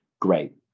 Great